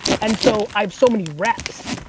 and so i've so many reps.